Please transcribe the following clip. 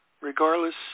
regardless